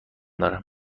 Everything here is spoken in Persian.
دارم